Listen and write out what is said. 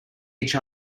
each